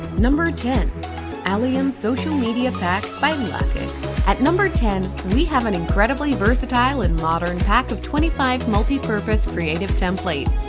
number ten alium social media pack by laaqiq at number ten, we have an incredibly versatile and modern pack of twenty five multipurpose creative templates.